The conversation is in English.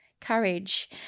courage